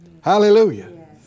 Hallelujah